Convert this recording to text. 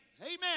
Amen